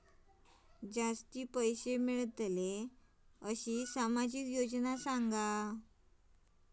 जास्ती पैशे मिळतील असो सामाजिक योजना सांगा?